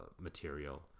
material